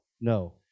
no